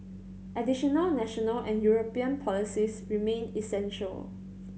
additional national and European policies remain essential